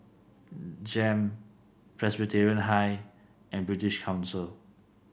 JEM Presbyterian High and British Council